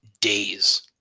days